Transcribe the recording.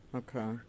okay